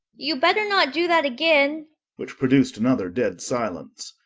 you'd better not do that again which produced another dead silence.